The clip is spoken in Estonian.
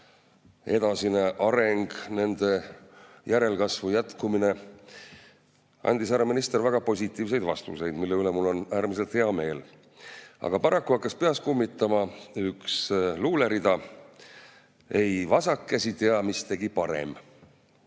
edasine areng, nende järelkasvu jätkumine, sain härra ministrilt väga positiivseid [sõnumeid], mille üle mul on äärmiselt hea meel. Aga paraku hakkas peas kummitama üks luulerida: "Ei vasak käsi tea, mis tegi parem.